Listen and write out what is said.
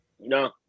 No